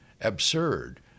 absurd